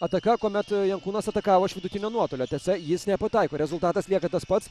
ataka kuomet jankūnas atakavo iš vidutinio nuotolio tiesa jis nepataiko rezultatas lieka tas pats